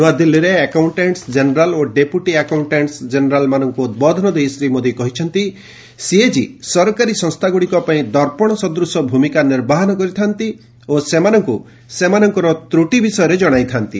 ନ୍ନଆଦିଲ୍ଲୀରେ accountants general ଓ deputy accountants ଜେନେରାଲ୍ମାନଙ୍କୁ ଉଦ୍ବୋଧନ ଦେଇ ଶ୍ରୀ ମୋଦୀ କହିଛନ୍ତି ସିଏକି ସରକାରୀ ସଂସ୍ଥାଗୁଡ଼ିକ ପାଇଁ ଦର୍ପଣ ସଦୂଶ ଭୂମିକା ନିର୍ବାହନ କରିଥାନ୍ତି ଓ ସେମାନଙ୍କୁ ସେମାନଙ୍କର ତ୍ରଟି ବିଷୟରେ ଜଣାଇଥାନ୍ତି